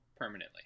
permanently